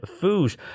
food